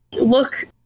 look